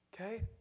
okay